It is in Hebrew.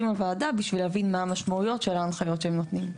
עם הוועדה בשביל להבין מה המשמעויות של ההנחיות שהם נותנים.